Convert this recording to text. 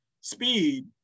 speed